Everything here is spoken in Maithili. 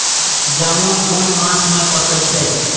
जामून कुन मास में पाके छै?